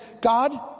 God